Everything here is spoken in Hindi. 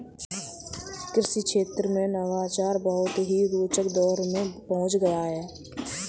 कृषि क्षेत्र में नवाचार बहुत ही रोचक दौर में पहुंच गया है